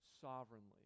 sovereignly